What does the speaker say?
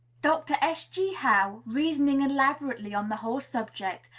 dr. s g. howe, reasoning elaborately on the whole subject,